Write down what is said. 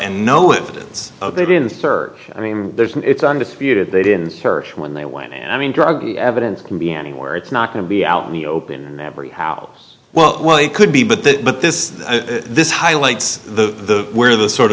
and no evidence they didn't serve i mean there's and it's undisputed they didn't search when they went in i mean drug evidence can be anywhere it's not going to be out in the open in every house well they could be but that but this this highlights the where the sort